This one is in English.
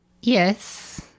yes